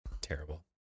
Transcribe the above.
Terrible